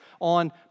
on